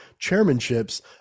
chairmanships